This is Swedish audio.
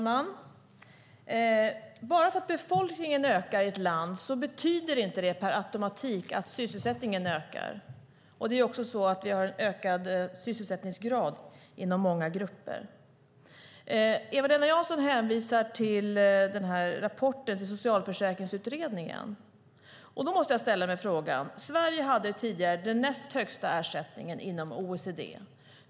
Herr talman! Att befolkningen i ett land ökar betyder inte per automatik att sysselsättningen ökar. Vi har också en ökad sysselsättningsgrad inom många grupper. Eva-Lena Jansson hänvisar till den här rapporten till Socialförsäkringsutredningen. Sverige hade tidigare den näst högsta ersättningen inom OECD.